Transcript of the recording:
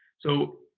so,